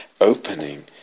opening